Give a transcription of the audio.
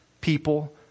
people